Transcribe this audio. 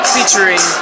Featuring